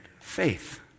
faith